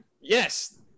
Yes